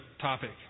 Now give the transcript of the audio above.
topic